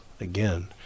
again